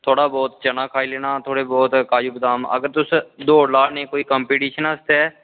थोह्ड़ा बहोत चना खाई लैने थोह्ड़े बहोत काजू बादाम जां दौड़ लानै तुस कोई कंपीटिशन आस्तै